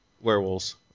Werewolves